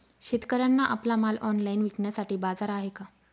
शेतकऱ्यांना आपला माल ऑनलाइन विकण्यासाठी बाजार आहे का?